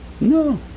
No